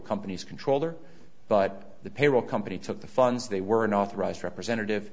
companies controller but the payroll company took the funds they weren't authorized representative